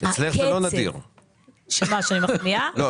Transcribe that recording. אצלך זה לא נדיר כי את הוגנת.